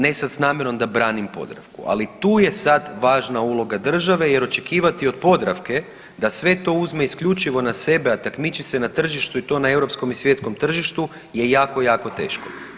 Ne sad s namjerom da branim Podravku, ali tu je sad važna uloga države jer očekivati od Podravke da sve to uzme isključivo na sebe, a takmiči se na tržištu i to na europskom i svjetskom tržištu je jako, jako teško.